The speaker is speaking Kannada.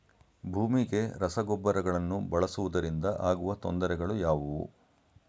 ಭೂಮಿಗೆ ರಸಗೊಬ್ಬರಗಳನ್ನು ಬಳಸುವುದರಿಂದ ಆಗುವ ತೊಂದರೆಗಳು ಯಾವುವು?